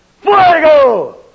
fuego